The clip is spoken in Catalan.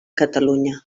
catalunya